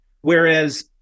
whereas